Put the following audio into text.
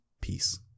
Peace